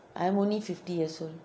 I'm only fifty years old